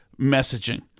messaging